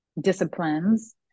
disciplines